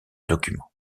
documents